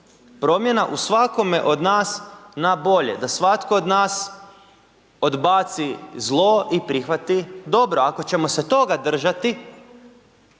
promjena u svakome od nas na bolje, da svatko od nas odbaci zlo i prihvati dobro. Ako ćemo se toga držati,